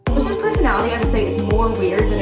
moose's personality, i'd say, is more